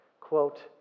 quote